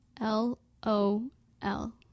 L-O-L